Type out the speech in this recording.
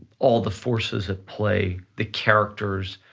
all the forces that play, the characters,